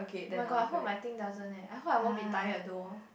oh-my-god I hope my thing doesn't eh I hope I won't be tired though